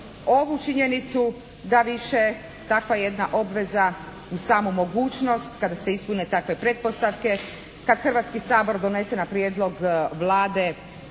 ovu činjenicu da više takva jedna obveza uz samu mogućnost kada se ispune takve pretpostavke, kad Hrvatski sabor donese na prijedlog Vlade